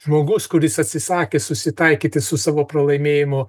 žmogus kuris atsisakė susitaikyti su savo pralaimėjimu